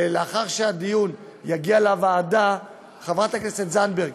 ולאחר שהדיון יגיע לוועדה, חברת הכנסת זנדברג,